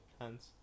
hands